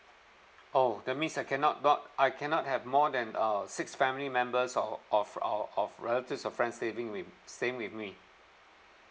oh that mean I cannot not I cannot have more than uh six family members of of of of relatives or friends staying with staying with me